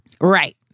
Right